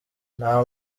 nta